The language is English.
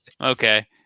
Okay